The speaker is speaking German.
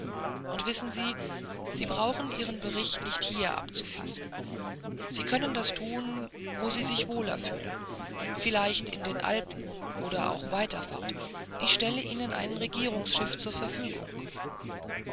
und wissen sie sie brauchen ihren bericht nicht hier abzufassen sie können das tun wo sie sich wohler fühlen vielleicht in den alpen oder auch weiter fort ich stelle ihnen ein regierungsschiff zur verfügung